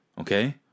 Okay